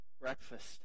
breakfast